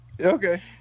Okay